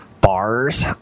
bars